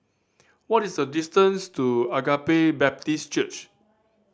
what is the distance to Agape Baptist Church